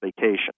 vacation